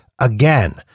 Again